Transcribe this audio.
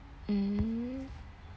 um